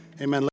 Amen